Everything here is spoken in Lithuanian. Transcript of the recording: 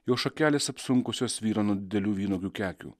jo šakelės apsunkusios svyra nuo didelių vynuogių kekių